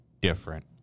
different